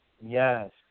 Yes